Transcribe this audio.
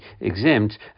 exempt